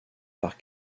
par